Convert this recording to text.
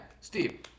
Steve